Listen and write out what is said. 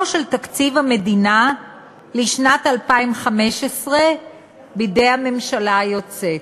של תקציב המדינה לשנת 2015 בידי הממשלה היוצאת.